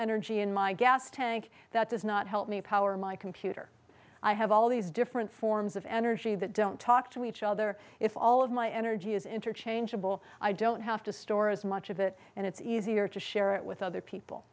energy in my gas tank that does not help me power my computer i have all these different forms of energy that don't talk to each other if all of my energy is interchangeable i don't have to store as much of it and it's easier to share it with other people